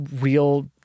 Real